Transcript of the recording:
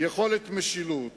יכולת משילות